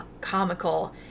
comical